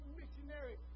missionary